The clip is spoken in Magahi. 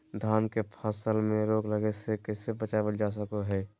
धान के फसल में रोग लगे से कैसे बचाबल जा सको हय?